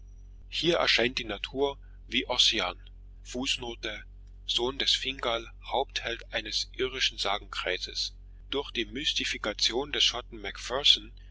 hier erscheint die natur wie ossian fußnote sohn des fingal hauptheld eines irischen sagenkreises durch die mystifikation des